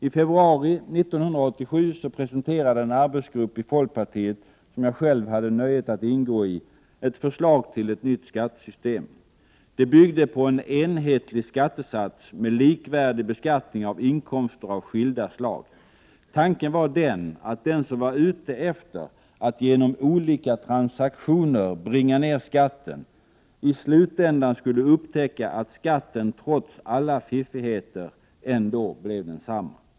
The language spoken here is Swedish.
I februari 1987 presenterade en arbetsgrupp i folkpartiet, som jag själv hade nöjet att ingå i, ett förslag till ett nytt skattesystem. Det byggde på en enhetlig skattesats med likvärdig beskattning av inkomster av skilda slag. Tanken var den att den som var ute efter att genom olika transaktioner bringa ner skatten i slutänden skulle upptäcka att skatten trots alla fiffigheter ändå blev densamma.